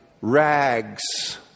rags